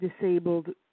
disabled